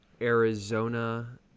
Arizona